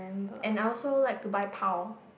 and I also like to buy pau